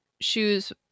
shoes